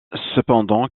cependant